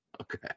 Okay